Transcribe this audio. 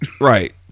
Right